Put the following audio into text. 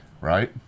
right